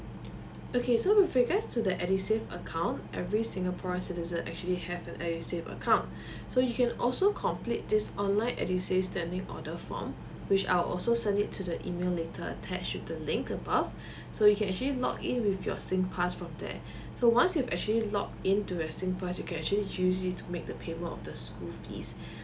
okay so with regards to the edusave account every singaporean citizen actually have the edusave account so you can also complete this online edusave standing order form which I'll also send it to the email later attached to the link about so you can actually log in with your singpass from there so once you actually log in to your singpass you can actually use it to make the payment of the school fee